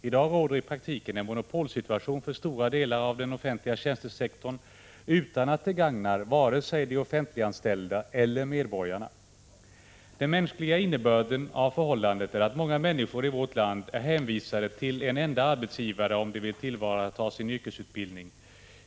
I dag råder i praktiken en monopolsituation för stora delar av den offentliga tjänstesektorn, utan att det gagnar vare sig de offentliganställda eller medborgarna. Den mänskliga innebörden av förhållandet är att många människor i vårt land är hänvisade till en enda arbetsgivare om de vill tillvarata sin yrkesutbildning.